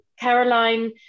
Caroline